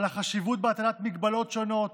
על החשיבות בהטלת מגבלות שונות